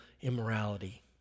immorality